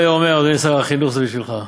יהודה בן תימא אומר, הווי עז כנמר, וקל כנשר,